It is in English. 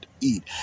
eat